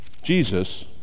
Jesus